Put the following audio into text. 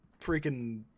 freaking